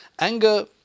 Anger